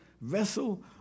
vessel